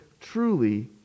truly